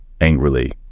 angrily